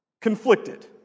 conflicted